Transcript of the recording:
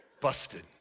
Busted